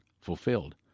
Fulfilled